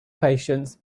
patience